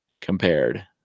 compared